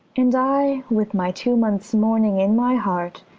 and i with my two months' mourning in my heart,